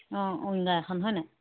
অঁ উইঙ্গাৰ এখন হয়নে